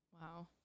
Wow